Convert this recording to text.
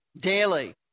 daily